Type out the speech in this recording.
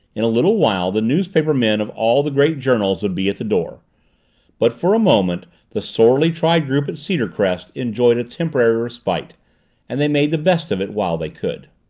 in a little while the newspapermen of all the great journals would be at the door but for a moment the sorely tried group at cedarcrest enjoyed a temporary respite and they made the best of it while they could.